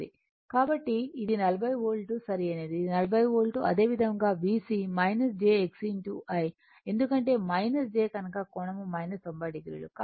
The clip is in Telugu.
కాబట్టి ఇది 40 వోల్ట్ సరైనది ఇది 40 వోల్ట్ అదేవిధంగా VC j Xc I ఎందుకంటే j కనుక కోణం 90 o